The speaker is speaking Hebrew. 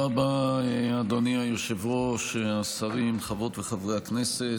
(אישורים רגולטוריים,